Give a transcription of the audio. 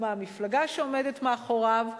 איזו מפלגה עומדת מאחוריו.